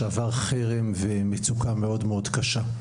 שעבר חרם ומצוקה מאוד קשה,